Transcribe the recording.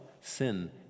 sin